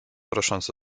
prosząc